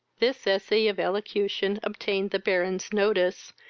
this essay of elocution obtained the baron's notice,